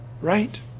Right